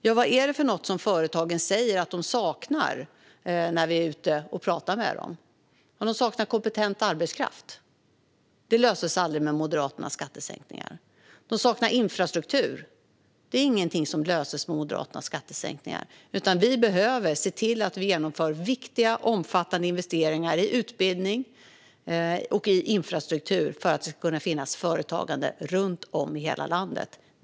Ja, vad är det för något som företagen säger att de saknar när vi är ute och pratar med dem? Jo, de saknar kompetent arbetskraft - det löses aldrig med Moderaternas skattesänkningar. De saknar infrastruktur - det är ingenting som löses med Moderaternas skattesänkningar. Vi behöver se till att vi genomför viktiga och omfattande investeringar i utbildning och i infrastruktur för att det ska kunna finnas företagande runt om i hela landet.